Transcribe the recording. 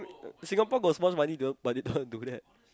Singapore got so much money they all but they don't want to do that